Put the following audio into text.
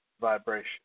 vibration